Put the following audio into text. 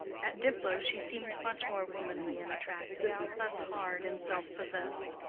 at diplow she seemed much more womanly and attractive less hard and self-possessed.